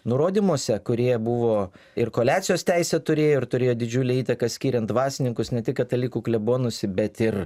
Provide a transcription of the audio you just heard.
nurodymuose kurie buvo ir koleacijos teisę turėjo ir turėjo didžiulę įtaką skiriant dvasininkus ne tik katalikų klebonus bet ir